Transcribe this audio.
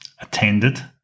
attended